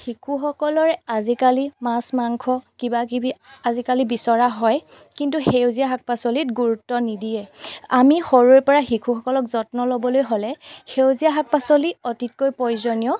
শিশুসকলে আজিকালি মাছ মাংস কিবাকিবি আজিকালি বিচৰা হয় কিন্তু সেউজীয়া শাক পাচলিত গুৰুত্ব নিদিয়ে আমি সৰুৰেপৰা শিশুসকলক যত্ন ল'বলৈ হ'লে সেউজীয়া শাক পাচলি অতিকৈ প্ৰয়োজনীয়